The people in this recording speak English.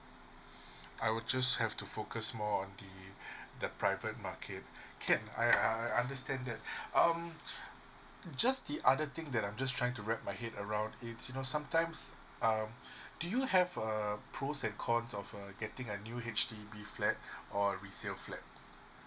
I would just have to focus more on the the private market can I I uh understand that um just the other thing that I'm just trying to wrap my head around it's you know sometimes um do you have uh pros and cons of uh getting a new H_D_B flat or resale flat